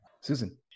Susan